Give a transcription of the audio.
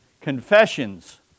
Confessions